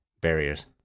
barriers